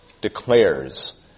declares